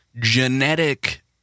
genetic